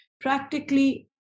practically